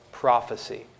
Prophecy